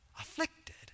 afflicted